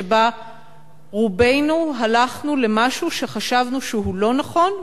שבה רובנו הלכנו למשהו שחשבנו שהוא לא נכון,